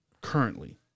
currently